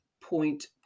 point